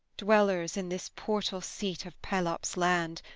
dwellers in this portal-seat of pelops' land,